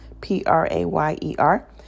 P-R-A-Y-E-R